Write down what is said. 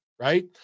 right